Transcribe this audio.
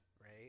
right